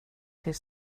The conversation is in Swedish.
till